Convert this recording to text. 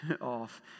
off